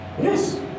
Yes